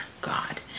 God